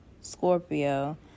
Scorpio